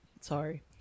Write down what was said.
Sorry